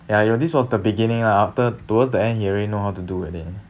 ya this was the beginning ah after towards the end he already know how to do already